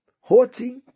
haughty